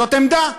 זו עמדה,